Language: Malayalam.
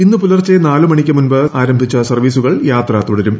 ഇന്ന് പൂലർച്ചെ നാല് മണിക്ക് മുമ്പ് ആരംഭിച്ച സർവ്വീസുകൾ യാത്ര തുടരും